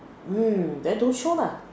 mm then don't show lah